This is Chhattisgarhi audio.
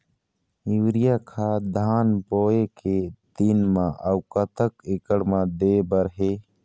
यूरिया खाद धान बोवे के दिन म अऊ कतक एकड़ मे दे बर हे?